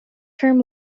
term